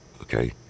Okay